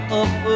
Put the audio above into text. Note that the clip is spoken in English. up